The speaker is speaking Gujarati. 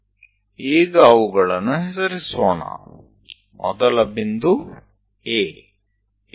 પહેલું બિંદુ A છે બીજુ બિંદુ B છે